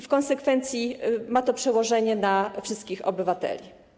W konsekwencji ma to przełożenie na wszystkich obywateli.